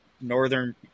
northern